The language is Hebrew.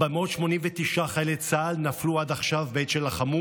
489 חיילי צה"ל נפלו עד עכשיו בעת שלחמו